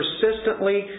persistently